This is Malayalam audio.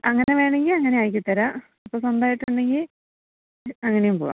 അങ്ങനെ വേണമെങ്കിൽ അങ്ങനെ ആക്കിത്തരാം ഇപ്പം സ്വന്തമായിട്ട് ഉണ്ടെങ്കിൽ അങ്ങനെയും പോകാം